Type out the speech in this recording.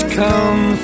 come